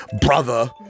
brother